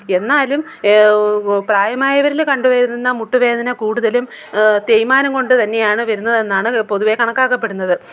എന്നാലും പ്രായമായവരിൽ കണ്ടുവരുന്ന മുട്ടുവേദന കൂടുതലും തേയ്മാനം കൊണ്ടു തന്നെയാണ് വരുന്നതെന്നാണ് പൊതുവെ കണക്കാക്കപ്പെടുന്നത്